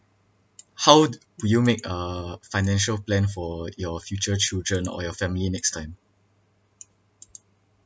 how would you make a financial plan for your future children or your family next time